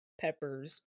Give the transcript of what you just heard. Peppers